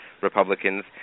Republicans